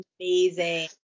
amazing